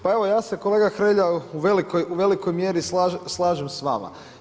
Pa evo, ja se kolega Hrelja u velikoj mjeri slažem s vama.